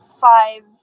five